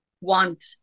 want